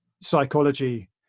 psychology